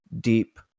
deep